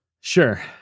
Sure